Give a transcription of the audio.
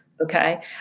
okay